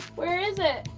where is it?